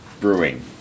brewing